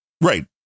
Right